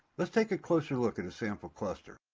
let's take a closer look at a sample cluster.